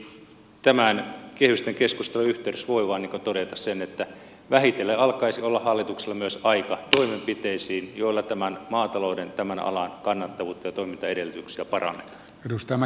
eli tämän kehysten keskustelun yhteydessä voi vain todeta sen että vähitellen alkaisi olla hallituksella myös aika toimenpiteisiin joilla tämän maatalouden tämän alan kannattavuutta ja toimintaedellytyksiä parannetaan